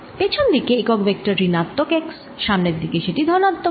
পেছন দিকে একক ভেক্টর ঋণাত্মক x সামনের দিকে সেটি ধনাত্মক x